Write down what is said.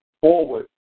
forward